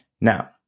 Now